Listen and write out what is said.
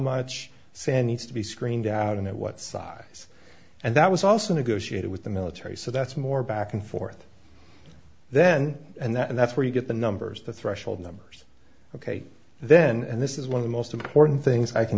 much sand needs to be screened out and at what size and that was also negotiated with the military so that's more back and forth then and that's where you get the numbers the threshold numbers ok then and this is one of the most important things i can